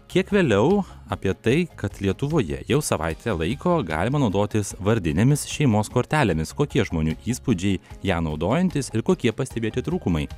kiek vėliau apie tai kad lietuvoje jau savaitę laiko galima naudotis vardinėmis šeimos kortelėmis kokie žmonių įspūdžiai ją naudojantys ir kokie pastebėti trūkumai